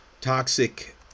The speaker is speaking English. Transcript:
Toxic